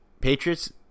patriots